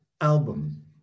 album